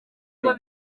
ngo